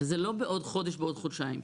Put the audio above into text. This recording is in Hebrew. זה לא בעוד חודש או חודשיים.